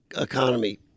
economy